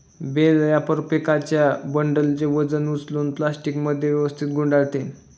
bell wrapper पिकांच्या बंडलचे वजन उचलून प्लास्टिकमध्ये व्यवस्थित गुंडाळते